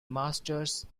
masters